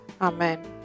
amen